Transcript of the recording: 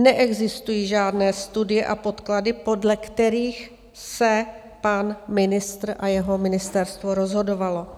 Neexistují žádné studie a podklady, podle kterých se pan ministr a jeho ministerstvo rozhodovali.